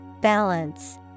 Balance